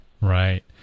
right